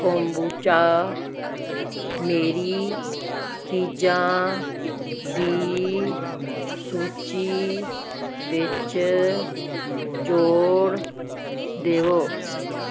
kombucha ਮੇਰੀ ਚੀਜ਼ਾਂ ਦੀ ਸੂਚੀ ਵਿੱਚ ਜੋੜ ਦੇਵੋ